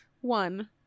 one